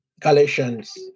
Galatians